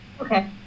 okay